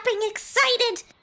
excited